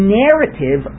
narrative